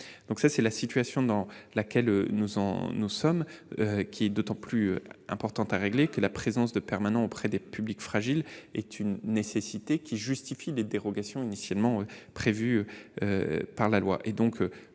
assurée. C'est la situation dans laquelle nous sommes. Il est d'autant plus nécessaire de la régler que la présence de permanents auprès des publics fragiles est une nécessité qui justifie des dérogations initialement prévues par la loi.